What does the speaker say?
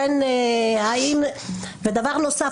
ודבר נוסף,